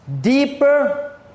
deeper